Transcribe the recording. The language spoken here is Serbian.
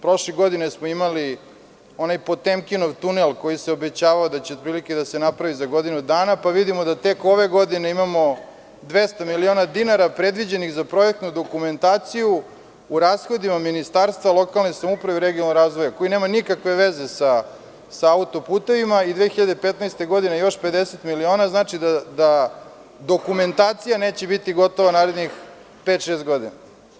Prošle godine smo imali onaj Potemkinov tunel, koji se obećavao da će otprilike da se napravi za godinu dana, pa vidimo da tek ove godine imamo 200 miliona dinara predviđenih za projektnu dokumentaciju u rashodima Ministarstva lokalne samouprave i regionalnog razvoja, koji nema nikakve veze sa auto-putevima i 2015. godine još 50 miliona, znači da dokumentacija neće biti gotova narednih pet-šest godina.